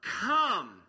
come